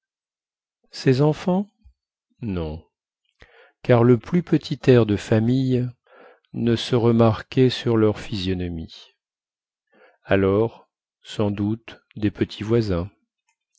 ses enfants non car le plus petit air de famille ne se remarquait sur leur physionomie alors sans doute des petits voisins